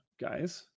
guys